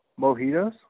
mojitos